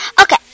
Okay